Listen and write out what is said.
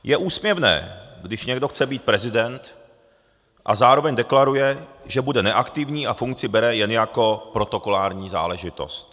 Je úsměvné, když někdo chce být prezident a zároveň deklaruje, že bude neaktivní a funkci bere jen jako protokolární záležitost.